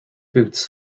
boots